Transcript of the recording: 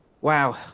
Wow